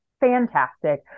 fantastic